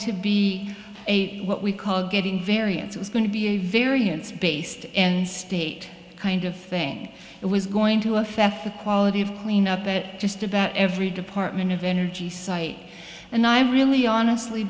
to be what we call getting variance was going to be a variance based and state kind of thing it was going to affect the quality of cleanup at just about every department of energy site and i really honestly